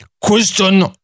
Question